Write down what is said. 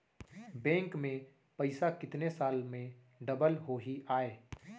Bank में पइसा कितने साल में डबल होही आय?